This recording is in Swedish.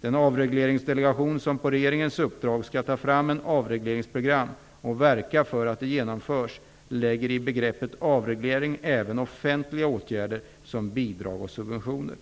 Den avregleringsdelegation som på regeringens uppdrag skall ta fram ett avregleringsprogram och verka för att det genomförs lägger i begreppet avreglering även offentliga åtgärder som bidrag och subventioner.